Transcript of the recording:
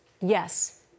Yes